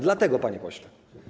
Dlatego, panie pośle.